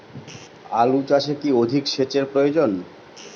আলু চাষে কি অধিক সেচের প্রয়োজন?